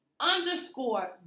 underscore